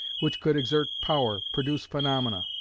which could exert power, produce phaenomena,